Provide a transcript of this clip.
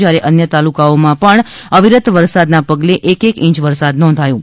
જ્યારે અન્ય તાલુકાઓમાં પણ અવિરત વરસાદના પગલે એક એક ઇંચ વરસાદ નોંધાયો હતો